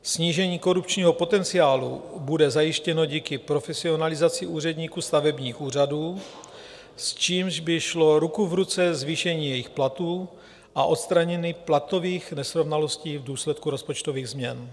Snížení korupčního potenciálu bude zajištěno díky profesionalizaci úředníků stavebních úřadů, s čímž by šlo ruku v ruce zvýšení jejich platů a odstranění platových nesrovnalostí v důsledku rozpočtových změn.